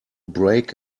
break